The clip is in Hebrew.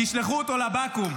תשלחו אותו לבקו"ם.